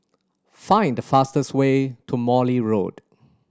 find the fastest way to Morley Road